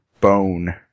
bone